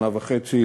שנה וחצי,